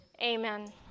amen